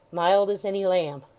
mild as any lamb.